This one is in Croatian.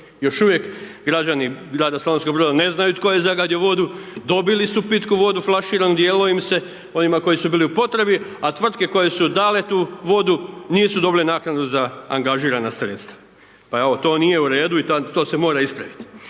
Još uvijek građani grada Slavonskog Broda ne znaju tko je zagadio vodu, dobili su pitku vodu flaširanu, dijelilo im se, ovima koji su bili u potrebi, a tvrtke koje su dale tu vodu, nisu dobile naknadu za angažirana sredstva. Pa evo, to nije u redu i to se mora ispraviti.